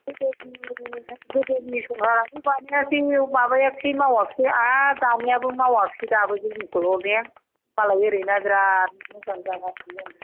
गोदोनि सरकाराबो बानायासै माबायासै मावाखिसै आरो दानियाबो मावाखिसै दाबो जोंनिखौ ने मालाय ओरैना बेराद मोजां जागासिनो दं